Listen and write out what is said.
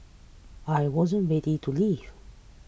I wasn't ready to leave